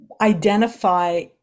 identify